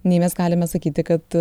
nei mes galime sakyti kad